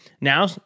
Now